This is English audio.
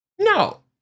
No